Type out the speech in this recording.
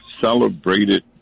celebrated